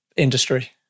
Industry